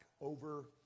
over